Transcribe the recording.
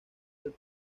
del